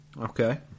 Okay